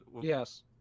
Yes